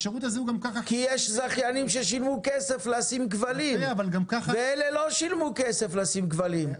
כי יש זכיינים ששילמו כסף לשים כבלים ואלה לא שילמו כסף לשים כבלים.